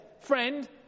friend